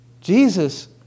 Jesus